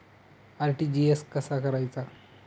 RTGS कसा करायचा?